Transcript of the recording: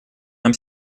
нам